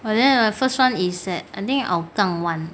but then I first [one] is at I think hougang [one]